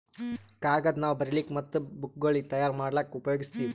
ಕಾಗದ್ ನಾವ್ ಬರಿಲಿಕ್ ಮತ್ತ್ ಬುಕ್ಗೋಳ್ ತಯಾರ್ ಮಾಡ್ಲಾಕ್ಕ್ ಉಪಯೋಗಸ್ತೀವ್